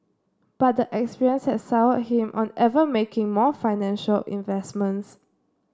but the experience has soured him on ever making more financial investments